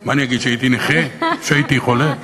מה אגיד, שהייתי נכה, שהייתי חולה?